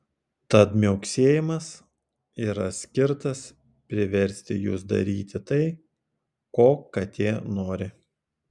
tad miauksėjimas yra skirtas priversti jus daryti tai ko katė nori